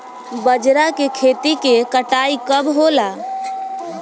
बजरा के खेती के कटाई कब होला?